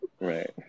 Right